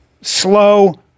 Slow